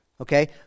okay